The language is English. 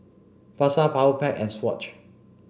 Pasar Powerpac and Swatch